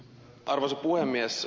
arvoisa puhemies